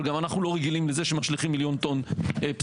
אבל גם אנחנו לא רגילים לזה שמשליכים מיליון טון פסולת.